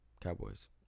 Cowboys